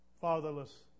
fatherless